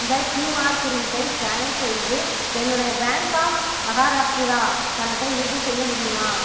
இந்த க்யூஆர் குறியீட்டை ஸ்கேன் செய்து என்னுடைய பேங்க் ஆஃப் மஹாராஷ்டிரா கணக்கை உறுதிசெய்ய முடியுமா